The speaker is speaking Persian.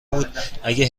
بود، اگه